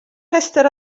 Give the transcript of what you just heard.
rhestr